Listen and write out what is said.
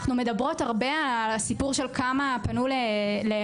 אנחנו מדברות הרבה על הסיפור של כמה פנו ל-118,